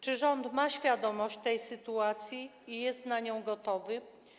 Czy rząd ma świadomość tej sytuacji i jest na nią gotowy?